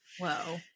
Whoa